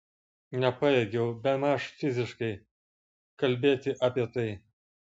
nepajėgiau bemaž fiziškai kalbėti apie tai